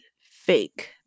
fake